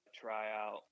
tryout